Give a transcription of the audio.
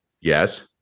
Yes